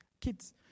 kids